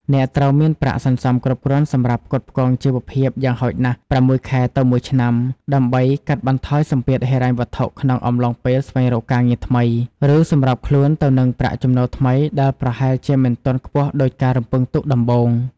អ្នកត្រូវមានប្រាក់សន្សំគ្រប់គ្រាន់សម្រាប់ផ្គត់ផ្គង់ជីវភាពយ៉ាងហោចណាស់ ៦ ខែទៅ ១ ឆ្នាំ ដើម្បីកាត់បន្ថយសម្ពាធហិរញ្ញវត្ថុក្នុងអំឡុងពេលស្វែងរកការងារថ្មី ឬសម្របខ្លួនទៅនឹងប្រាក់ចំណូលថ្មីដែលប្រហែលជាមិនទាន់ខ្ពស់ដូចការរំពឹងទុកដំបូង។